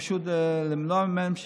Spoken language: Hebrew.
נחקר במשך 60 יום.